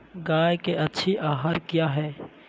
गाय के अच्छी आहार किया है?